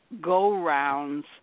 go-rounds